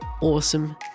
awesome